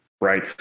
right